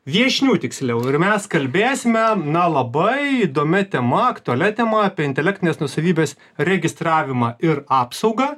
viešnių tiksliau ir mes kalbėsime na labai įdomia tema aktualia tema apie intelektinės nuosavybės registravimą ir apsaugą